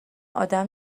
آدم